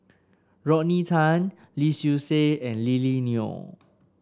Rodney Tan Lee Seow Ser and Lily Neo